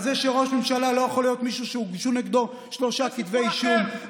על זה שראש ממשלה לא יכול להיות מישהו שהוגשו נגדו שלושה כתבי אישום.